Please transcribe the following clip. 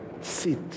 Sit